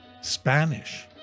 Spanish